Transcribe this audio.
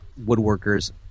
woodworkers